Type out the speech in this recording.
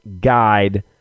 guide